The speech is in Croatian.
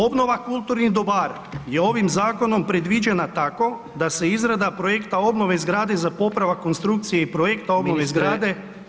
Obnova kulturnih dobara je ovim zakonom predviđena tako da se izrada projekta obnove zgrade za popravak konstrukcije i projekta obnove zgrade